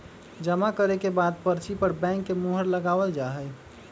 जमा करे के बाद पर्ची पर बैंक के मुहर लगावल जा हई